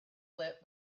light